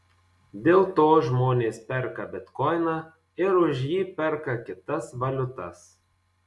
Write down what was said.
dėl to žmonės perka bitkoiną ir už jį perka kitas valiutas